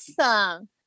awesome